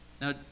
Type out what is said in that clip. Now